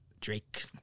drake